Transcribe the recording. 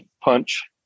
punch